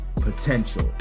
potential